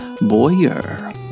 Boyer